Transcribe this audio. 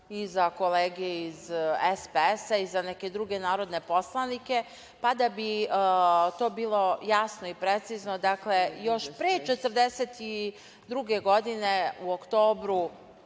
i za kolege iz SPS i za neke druge narodne poslanike. Pa da bi to bilo jasno i precizno, dakle, još pre 1942. godine u oktobru